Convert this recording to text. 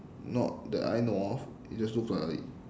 not that I know of it just looks like